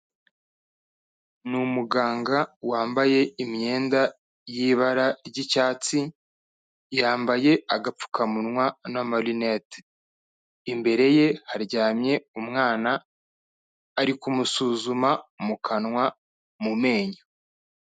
Ni umuganga wambaye imyenda y'ibara ry'icyatsi, yambaye agapfukamunwa n'amarinete, imbere ye haryamye umwana, ari kumusuzuma mu kanwa mu menyo.